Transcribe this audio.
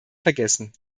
vergessen